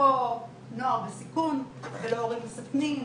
לא נוער בסיכון ולא הורים מסכנים,